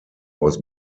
was